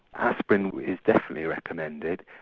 aspirin is definitely recommended,